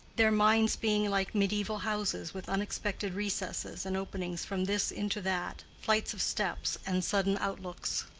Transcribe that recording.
their minds being like mediaeval houses with unexpected recesses and openings from this into that, flights of steps and sudden outlooks.